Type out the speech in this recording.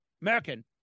American